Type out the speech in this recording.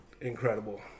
incredible